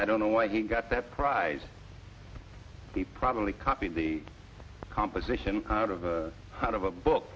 i don't know why he got that prize he probably copied the composition out of out of a book